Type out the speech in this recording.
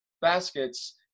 baskets